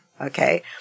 Okay